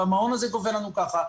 והמעון הזה גובה לנו ככה,